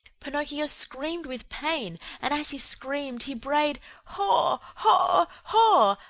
pinocchio screamed with pain and as he screamed he brayed haw! haw! haw!